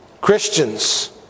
Christians